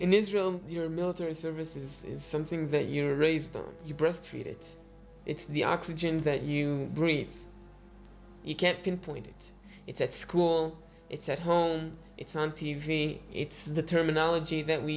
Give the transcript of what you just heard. in israel your military service is something that you're raised you breast feed it it's the oxygen that you breathe you can't pinpoint it it's at school it's at home it's on t v it's the terminology that we